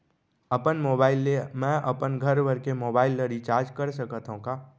अपन मोबाइल ले मैं अपन घरभर के मोबाइल ला रिचार्ज कर सकत हव का?